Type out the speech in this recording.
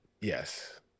Yes